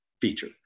feature